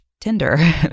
Tinder